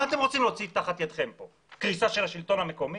אתם רוצים להוציא מתחת ידכם מהלך שיוביל לקריסה של השלטון המקומי?